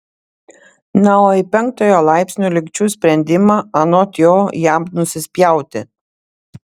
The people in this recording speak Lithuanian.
na o į penktojo laipsnio lygčių sprendimą anot jo jam nusispjauti